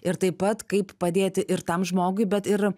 ir taip pat kaip padėti ir tam žmogui bet ir